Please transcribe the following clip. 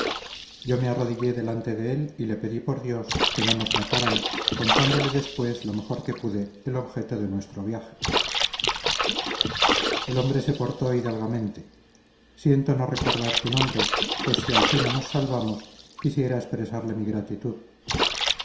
yo me arrodillé delante de él y le pedí por dios que no nos mataran contándole después lo mejor que pude el objeto de nuestro viaje el hombre se portó hidalgamente siento no recordar su nombre pues si al fin nos salvamos quisiera expresarle mi gratitud